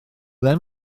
ble